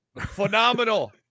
Phenomenal